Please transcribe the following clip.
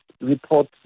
report